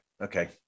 Okay